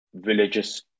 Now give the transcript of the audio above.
religious